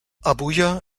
abuja